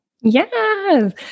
Yes